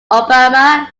obama